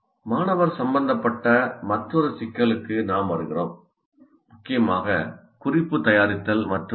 மாணவர் சம்பந்தப்பட்ட மற்றொரு சிக்கலுக்கு நாம் வருகிறோம் முக்கியமாக குறிப்பு தயாரித்தல் மற்றும் சுருக்கம்